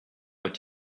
would